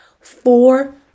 four